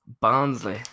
Barnsley